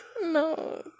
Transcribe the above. No